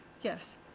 yes